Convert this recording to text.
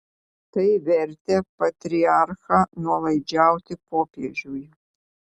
tai vertė patriarchą nuolaidžiauti popiežiui